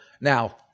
Now